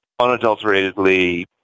unadulteratedly